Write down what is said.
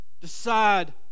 decide